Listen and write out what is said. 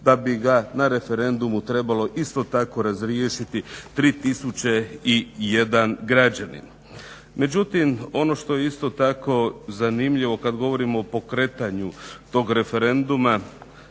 da bi ga na referendumu trebalo isto tako razriješiti 3 tisuće i jedan građanin. Međutim ono što je isto tako zanimljivo kada govorimo o pokretanju tog referenduma